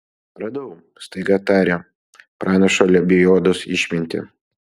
radau staiga tarė pranašo lebiodos išmintį